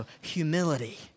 humility